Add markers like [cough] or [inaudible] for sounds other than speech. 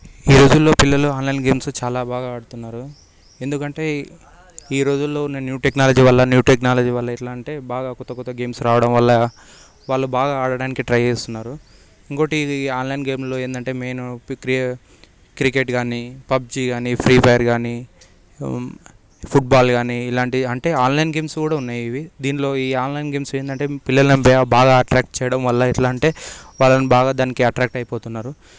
ఈ రోజుల్లో పిల్లలు ఆన్లైన్ గేమ్స్ చాలా బాగా ఆడుతున్నారు ఎందుకంటే ఈ రోజుల్లో న్యూ టెక్నాలజీ వల్ల న్యూ టెక్నాలజీ వల్ల అంటే బాగా కొత్త కొత్త గేమ్స్ రావడం వల్ల వాళ్ళు బాగా ఆడడానికి ట్రై చేస్తున్నారు ఇంకోటి ఇది ఆన్లైన్ గేమ్లో ఏంటంటే మెయిన్ [unintelligible] క్రికెట్ గానీ పబ్జి గానీ ఫ్రీ ఫైర్ గానీ ఫుట్బాల్ గానీ ఇలాంటి అంటే ఆన్లైన్ గేమ్స్ కూడా ఉన్నాయి ఇవి దీనిలో ఈ ఆన్లైన్ గేమ్స్ ఏందంటే పిల్లలందరినీ బాగా అట్రాక్ట్ చేయడం వల్ల ఎట్లా అంటే వాళ్ళు బాగా దానికి అట్రాక్ట్ అయిపోతున్నారు